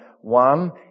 one